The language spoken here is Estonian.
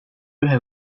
ühe